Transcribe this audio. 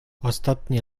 ostatnie